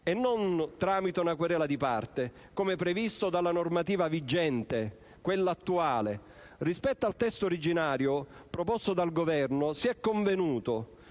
e non tramite una querela di parte, come previsto dalla normativa vigente, quella attuale. Rispetto al testo originario, proposto dal Governo, si è convenuto